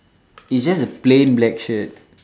it's just the plain black shirt